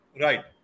Right